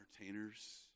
entertainers